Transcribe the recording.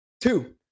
Two